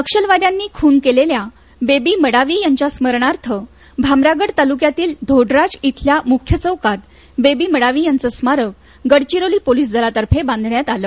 नक्षलवाद्यांनी खून केलेल्या बेबी मडावी यांच्या स्मरणार्थ भामरागड तालुक्यातील धोडराज इथल्या मुख्य चौकात बेबी मडावी यांचं स्मारकगडचिरोली पोलिस दलातर्फे बांधण्यात आलं